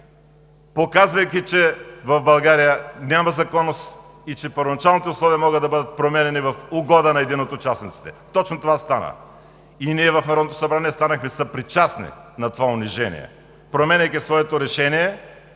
показвайки, че в България няма законност и че първоначалните условия могат да бъдат променяни в угода на един от участниците. Точно това стана! И ние в Народното събрание станахме съпричастни на това унижение, променяйки своето решение